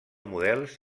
models